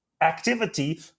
activity